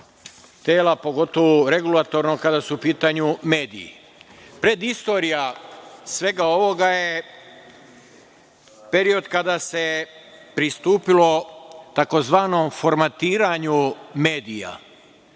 tela, pogotovo regulatornog kada su u pitanju mediji. Pred istorija svega ovoga je period kada se pristupilo tzv. formatiranju medija.